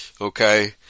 Okay